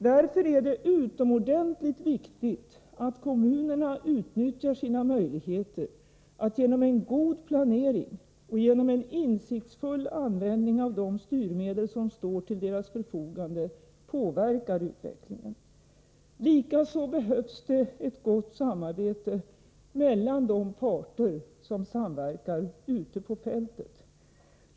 Därför är det utomordentligt viktigt att kommunerna utnyttjar sina möjligheter att genom en god planering och en insiktsfull användning av de styrmedel som står till deras förfogande påverka utvecklingen. Likaså behövs det ett gott samarbete mellan de parter som samverkar ute på fältet.